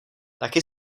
taky